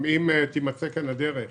אם תימצא כאן דרך